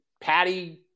Patty